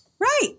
Right